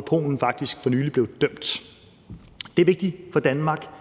Polen faktisk for nylig blev dømt. Det er vigtigt for Danmark,